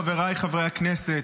חבריי חברי הכנסת,